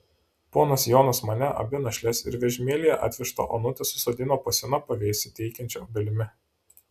ponas jonas mane abi našles ir vežimėlyje atvežtą onutę susodino po sena pavėsį teikiančia obelimi